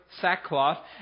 sackcloth